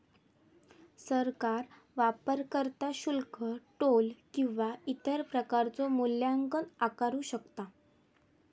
सरकार वापरकर्ता शुल्क, टोल किंवा इतर प्रकारचो मूल्यांकन आकारू शकता